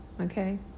Okay